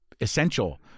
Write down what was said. essential